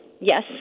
yes